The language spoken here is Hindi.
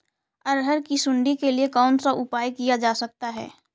अरहर की सुंडी के लिए कौन सा उपाय किया जा सकता है?